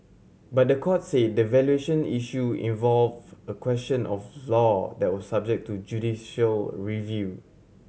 but the court say the valuation issue involve a question of law that was subject to judicial review